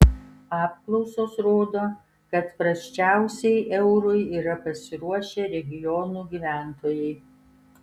apklausos rodo kad prasčiausiai eurui yra pasiruošę regionų gyventojai